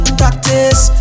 practice